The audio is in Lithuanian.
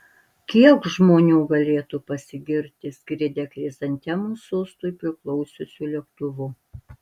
kiek žmonių galėtų pasigirti skridę chrizantemų sostui priklausiusiu lėktuvu